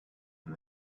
and